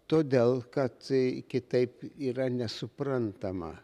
todėl kad kitaip yra nesuprantama